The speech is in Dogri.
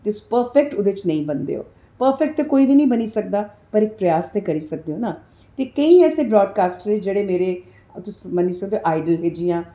तुस पर्फैक्ट ओह्दे च नेईं बनदे ओ पर्फैक्ट ते कोई बी नेईं सकदा पर प्रयास ते करी सकदे हो ना केईं ऐसे ब्राडकास्टर न जेह्ड़े मेरे तुस मन्नी सकदे ओ आईडल हे जि'यां